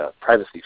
privacy